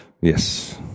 Yes